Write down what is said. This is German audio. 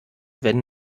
wenn